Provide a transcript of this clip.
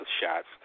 shots